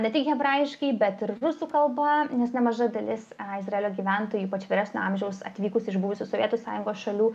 ne tik hebrajiškai bet ir rusų kalba nes nemaža dalis izraelio gyventojų ypač vyresnio amžiaus atvykusi iš buvusių sovietų sąjungos šalių